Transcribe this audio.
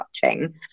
touching